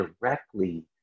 directly